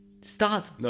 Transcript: starts